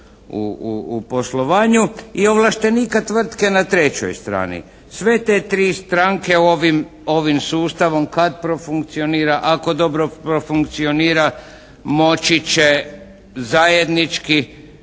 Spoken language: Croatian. u poslovanju i ovlaštenika tvrtke na trećoj strani. Sve te tri stranke ovim sustavom kad profunkcionira, ako dobro profunkcionira moći će zajednički